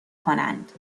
کنند